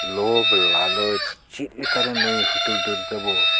ᱞᱚᱵᱷ ᱞᱟᱞᱚᱪ ᱪᱮᱫ ᱞᱮᱠᱟᱨᱮ ᱱᱩᱭ ᱦᱩᱫᱩᱲ ᱫᱩᱨᱜᱟᱹ ᱵᱚ